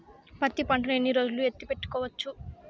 పత్తి పంటను ఎన్ని రోజులు ఎత్తి పెట్టుకోవచ్చు?